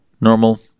Normal